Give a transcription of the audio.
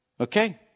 Okay